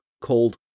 called